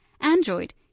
Android